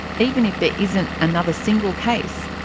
even if there isn't another single case,